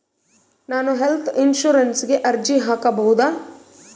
ನಾನು ಹೆಲ್ತ್ ಇನ್ಶೂರೆನ್ಸಿಗೆ ಅರ್ಜಿ ಹಾಕಬಹುದಾ?